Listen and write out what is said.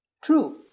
True